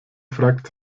fragt